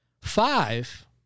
Five